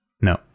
No